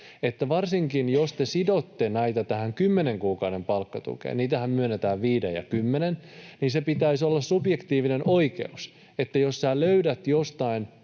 Eli varsinkin jos te sidotte näitä tähän kymmenen kuukauden palkkatukeen — niitähän myönnetään viiden ja kymmenen — niin sen pitäisi olla subjektiivinen oikeus, että jos sinä löydät jostain